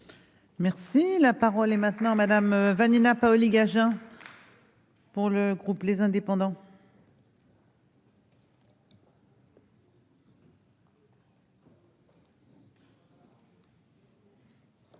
Merci, la parole est maintenant Madame Vanina Paoli-Gagin pour le groupe, les indépendants. Une